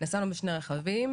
נסענו עם שני רכבים.